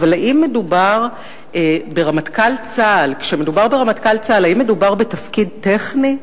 אבל כשמדובר ברמטכ"ל צה"ל, האם מדובר בתפקיד טכני,